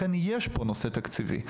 לכן יש פה נושא תקציבי,